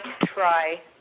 try